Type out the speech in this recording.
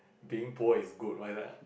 being boy is good but it's like a